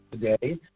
today